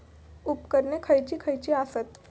उपकरणे खैयची खैयची आसत?